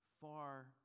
far